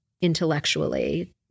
intellectually